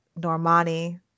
Normani